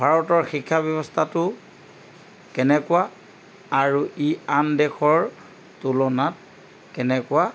ভাৰতৰ শিক্ষা ব্যৱস্থাটো কেনেকুৱা আৰু ই আন দেশৰ তুলনাত কেনেকুৱা